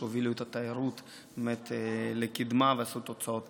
שהובילו את התיירות לקדמה ועשו תוצאות טובות.